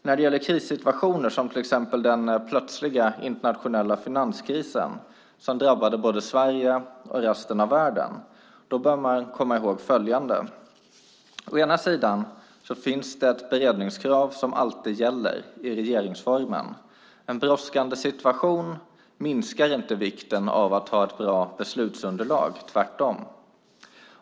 När det gäller krissituationer, som till exempel den plötsliga internationella finanskrisen som drabbade både Sverige och resten av världen, bör man komma ihåg följande. Å ena sidan finns det ett beredningskrav i regeringsformen som alltid gäller. En brådskande situation minskar inte vikten av att ha ett bra beslutsunderlag, tvärtom.